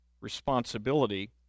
responsibility